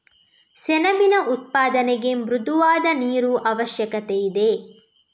ಸೆಣಬಿನ ಉತ್ಪಾದನೆಗೆ ಮೃದುವಾದ ನೀರು ಅವಶ್ಯಕತೆಯಿದೆ